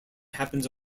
happens